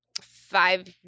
five